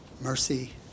Mercy